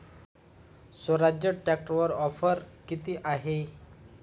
स्वराज्य ट्रॅक्टरवर ऑफर किती आहे?